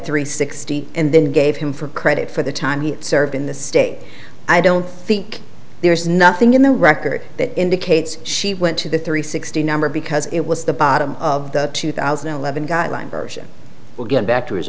three sixty and then gave him for credit for the time he served in the state i don't think there is nothing in the record that indicates she went to the three sixty number because it was the bottom of the two thousand and eleven guideline version will get back to his